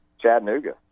Chattanooga